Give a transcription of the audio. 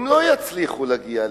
הם לא יצליחו להגיע לזה.